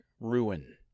ruin